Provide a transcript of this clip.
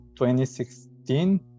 2016